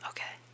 Okay